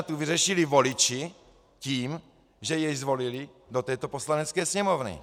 Tu vyřešili voliči tím, že je jej zvolili do této Poslanecké sněmovny.